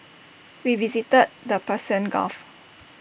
we visited the Persian gulf